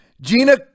Gina